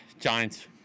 Giants